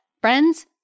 Friends